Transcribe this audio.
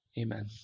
Amen